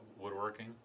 woodworking